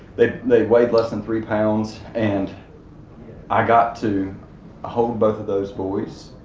they they weighed less than three pounds, and i got to hold both of those boys,